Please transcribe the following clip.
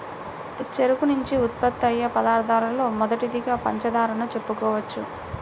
చెరుకు నుంచి ఉత్పత్తయ్యే పదార్థాలలో మొదటిదిగా పంచదారను చెప్పుకోవచ్చు